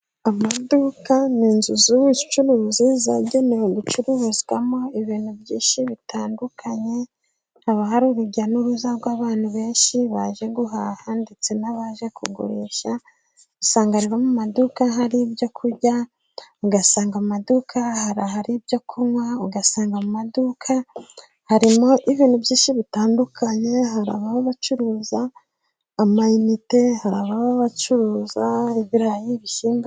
Amaduka ni inzu z'ubucuruzi zagenewe gucururizwamo ibintu byinshi bitandukanye, haba hari urujya n'uruza rw'abantu benshi baje guhaha, ndetse n'abaje kugurisha. Usangaga rero mu maduka hari ibyo kurya, ugasanga mu maduka hari ibyo kunywa, ugasanga mu maduka harimo ibintu byinshi bitandukanye, hari ababa bacuruza amayinite hari ababa bacuruza ibirayi, ibishyimbo.